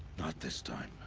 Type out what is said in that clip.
not this time.